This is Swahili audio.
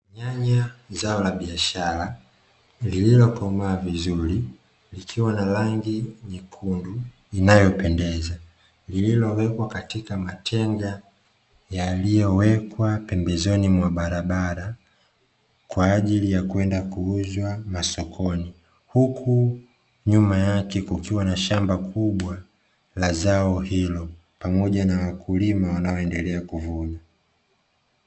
Nyanya ni zao la biashara lililokomaa vizuri, likiwa na rangi nyekundu inayopendeza, lililowekwa katika matenga yaliyowekwa pembezoni mwa barabara, kwa ajili ya kwenda kuuzwa masokoni. Huku nyuma yake kukiwa na shamba kubwa la zao hilo, pamoja na wakulima wanaoendelea kuvuna.